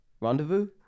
Rendezvous